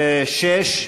6?